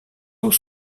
eaux